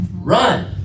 run